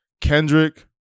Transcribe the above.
Kendrick